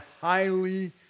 highly